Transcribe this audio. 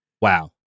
wow